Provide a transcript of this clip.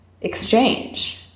exchange